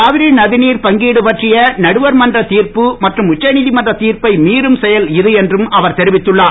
காவிரி நதிநீர் பங்கிடு பற்றிய நடுவர் மன்ற திர்ப்பு மற்றும் உச்சநீதிமன்ற தீர்ப்பை மீறும் செயல் இது என்றும் அவர் தெரிவித்துள்ளார்